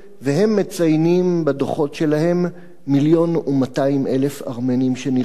והם מציינים בדוחות שלהם מיליון ו-200,000 ארמנים שנרצחו.